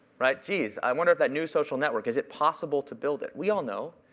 right? geez, i wonder if that new social network is it possible to build it? we all know.